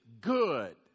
good